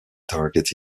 target